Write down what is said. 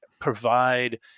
provide